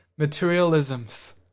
materialisms